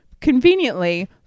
conveniently